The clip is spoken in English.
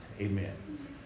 Amen